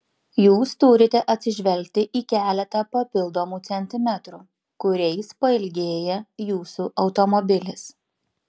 jūs turite atsižvelgti į keletą papildomų centimetrų kuriais pailgėja jūsų automobilis